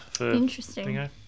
Interesting